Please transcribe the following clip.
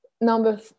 number